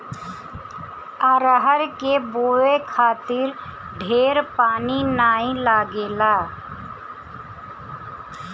अरहर के बोए खातिर ढेर पानी नाइ लागेला